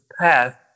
path